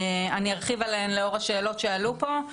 אני ארחיב עליהן לאור השאלות שעלו פה,